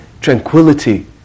tranquility